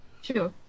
Sure